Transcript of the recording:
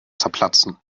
zerplatzen